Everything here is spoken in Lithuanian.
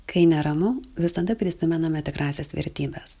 kai neramu visada prisimename tikrąsias vertybes